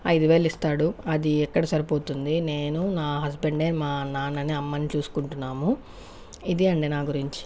ఐదు వేలు ఇస్తాడు అది ఎక్కడ సరిపోతుంది నేను నా హస్బెండ్ ఏ మా నాన్నని అమ్మని చూసుకుంటున్నాము ఇదే అండి నా గురించి